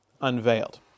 unveiled